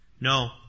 No